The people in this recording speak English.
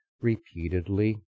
repeatedly